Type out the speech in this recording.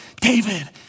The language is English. David